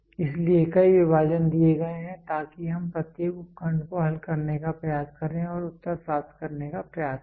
इसलिए कई विभाजन दिए गए हैं ताकि हम प्रत्येक उपखंड को हल करने का प्रयास करें और उत्तर प्राप्त करने का प्रयास करें